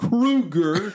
Krueger